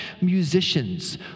musicians